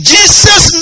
Jesus